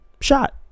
shot